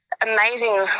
amazing